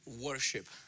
worship